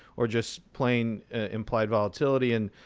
or just plain implied volatility? and